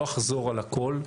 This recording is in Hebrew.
לא אחזור על הכול.